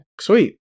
Sweet